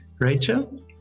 Rachel